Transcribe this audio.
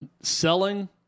selling